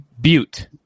butte